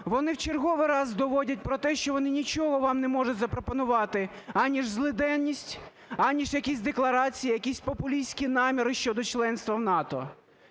Вони в черговий раз доводять про те, що вони нічого вам не можуть запропонувати, аніж злиденність, аніж якісь декларації, якісь популістські наміри щодо членства в НАТО.